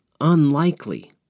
unlikely